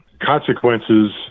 consequences